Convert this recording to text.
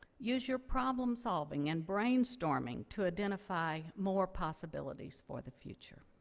use your problem solving and brainstorming to identify more possibilities for the future.